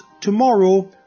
tomorrow